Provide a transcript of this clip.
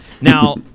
Now